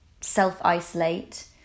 self-isolate